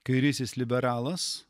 kairysis liberalas